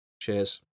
Cheers